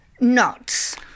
nuts